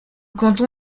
canton